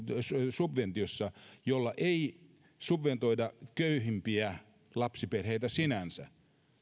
subventiosta jolla ei subventoida köyhimpiä lapsiperheitä sinänsä